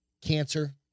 cancer